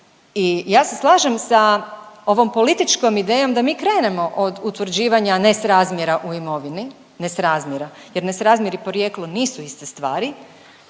I ja se slažem sa ovom političkom idejom da mi krenemo od utvrđivanja nesrazmjera u imovini, nesrazmjera jer nesrazmjer i porijeklo nisu iste stvari.